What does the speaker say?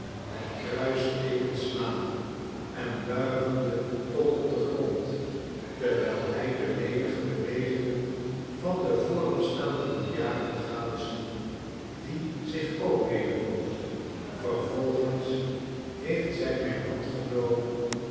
het kruisteeken slaande en buigende tot op den grond terwijl hij de lenige bewegingen van den voor hem staanden diaken gadesloeg die zich ook nederboog vervolgens heeft zij mijn hand genomen